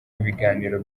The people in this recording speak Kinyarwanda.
ibiganiro